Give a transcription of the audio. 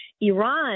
Iran